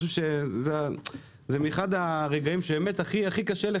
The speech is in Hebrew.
זה אחד הרגעים הכי קשים,